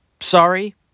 sorry